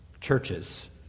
churches